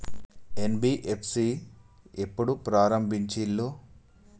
NBFC ఎప్పుడు ప్రారంభించిల్లు?